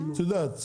את יודעת.